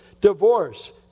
Divorce